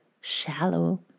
shallow